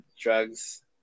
drugs